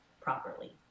properly